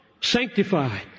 sanctified